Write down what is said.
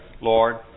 Lord